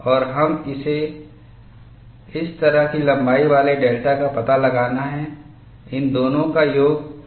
और हमें इस तरह की लंबाई वाले डेल्टा का पता लगाना है इन दोनों का योग 0 हो जाता है